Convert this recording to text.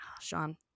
Sean